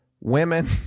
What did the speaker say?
women